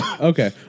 okay